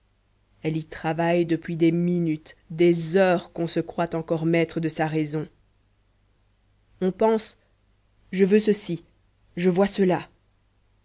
elle y travaille depuis des minutes des heures qu'on se croit encore maître de sa raison on pense je veux ceci je vois cela